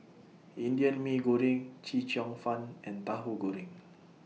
Indian Mee Goreng Chee Cheong Fun and Tahu Goreng